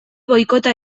boikota